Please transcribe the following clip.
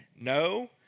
no